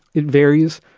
it varies,